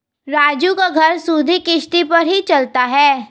राजू का घर सुधि किश्ती पर ही चलता है